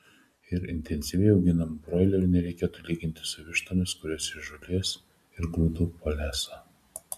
ir intensyviai auginamų broilerių nereikėtų lyginti su vištomis kurios ir žolės ir grūdų palesa